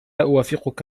أوافقك